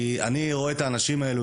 כי אני רואה את האנשים האלה,